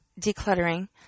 decluttering